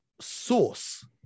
source